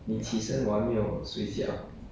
really so what time did you sleep